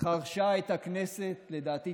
חרשה את הכנסת, לדעתי